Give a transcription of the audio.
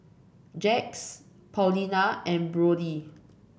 Jax Paulina and Brodie